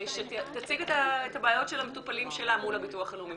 שתציג את הבעיות של המטופלים שלה מול הביטוח הלאומי,